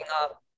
up